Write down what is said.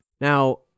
Now